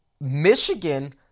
Michigan